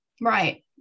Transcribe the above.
Right